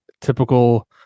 typical